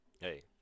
Hey